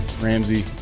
Ramsey